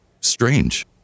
strange